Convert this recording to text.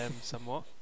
somewhat